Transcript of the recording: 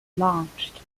launched